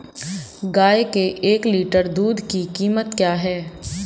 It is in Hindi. गाय के एक लीटर दूध की कीमत क्या है?